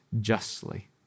justly